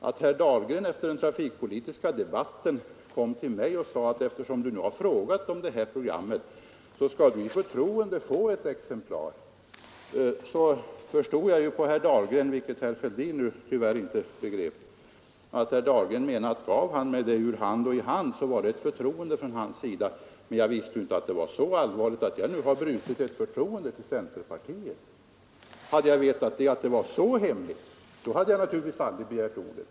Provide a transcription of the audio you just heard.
När herr Dahlgren efter den trafikpolitiska debatten kom till mig och sade, att eftersom du nu har frågat efter det här programmet skall du i förtroende få ett exemplar, så förstod jag ju att herr Dahlgren menade vilket herr Fälldin nu tyvärr inte begrep — att det var ett förtroende från hans sida att han gav mig detta i handen. Men jag visste inte att det var så allvarligt att jag nu har missbrukat ett förtroende från centerpartiet. Hade jag vetat att det var så hemligt, så hade jag naturligtvis aldrig begärt ordet.